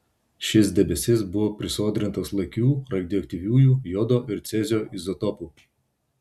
šis debesis buvo prisodrintas lakių radioaktyviųjų jodo ir cezio izotopų